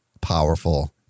powerful